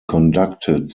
conducted